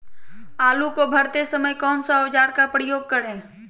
आलू को भरते समय कौन सा औजार का प्रयोग करें?